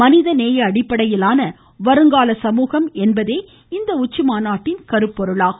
மனிதநேய அடிப்படையிலான வருங்கால சமூகம் என்பதே இந்த உச்சிமாநாட்டின் கருப்பொருளாகும்